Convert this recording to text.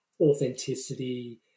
authenticity